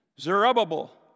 Zerubbabel